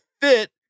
fit